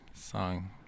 song